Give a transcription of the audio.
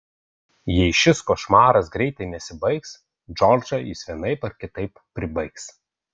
jei šis košmaras greitai nesibaigs džordžą jis vienaip ar kitaip pribaigs